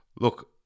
Look